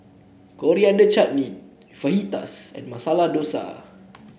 Coriander Chutney Fajitas and Masala Dosa